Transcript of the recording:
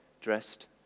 dressed